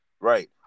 Right